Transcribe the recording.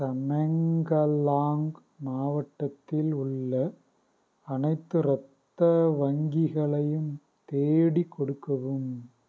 தமெங்கலாங் மாவட்டத்தில் உள்ள அனைத்து இரத்த வங்கிகளையும் தேடிக் கொடுக்கவும்